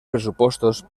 pressupostos